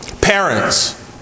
parents